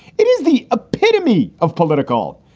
it is the epitome of political.